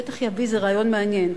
בטח יביא איזה רעיון מעניין.